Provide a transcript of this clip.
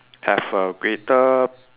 have a greater